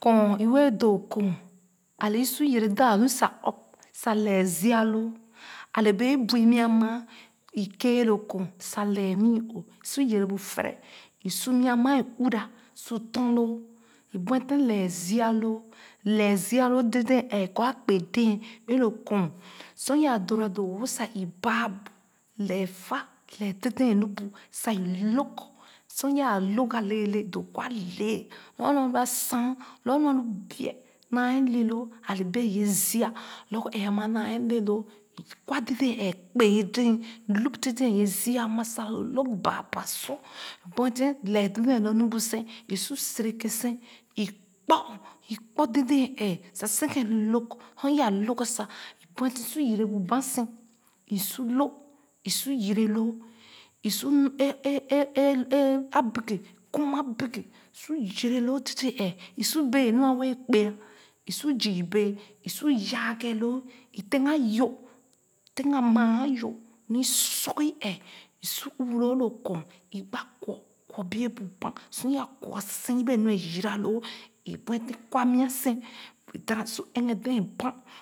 Kɔɔn i wɛɛ doo kɔɔn a le i su yɛrɛ daa lu sa ɔ̃p sa lɛɛ zia loo a le bee i bui nya maa i keè loo kɔɔn sa lɛɛ nii òò su yɛrɛ bu fɛrɛ su nya ama ee uura su tɔn-loo i buete lɛɛ zia loo lɛɛ zia loo dèdèn ɛɛh kɔr a kpe-deen ee lo kɔɔn sor yaa dora doo-wo sa i baa bu lɛɛ fah lɛɛ dèdèn nu bu sa i lōg sor yaa lōg ga lɛɛ lɛɛ doo kɔr a lɛɛ lorgor nu a lua a sa en lorgor nu a lu bieh naa le loo a le bee yɛ zia lorgor ɛeh ama na ee le loo i kwa dèdén ɛɛh kpee-dɛɛn lōp dèdèn ye zia ama sa loo lōg baa baa sor bueten lɛɛ dèdèn lo nu bu sen i su seg kèn lōg su yaa lõg ga sa i bueten su yɛrɛ bu bani sèn i su lō su yɛrɛ loo i su lō eh eh eh eh eh abekè kum a beke su yɛrɛ dèdèn ɛɛh i su bee nu a wɛɛ kpè i su zia bee su yaa ghe loo i tèn a yo i tèn maa ayo nu i sor sorgi ɛɛh i su ɔɔ loo lo kɔɔn i gba kwɔ kwɔ bieh bu bani sor yaa kwɔ sen yii be nu ee-yira loo i bueten kwa nya sèn dana su ɛghe dɛɛ banh.